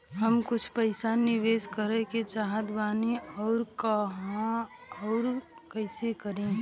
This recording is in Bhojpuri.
हम कुछ पइसा निवेश करे के चाहत बानी और कहाँअउर कइसे करी?